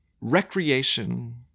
Recreation